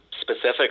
specific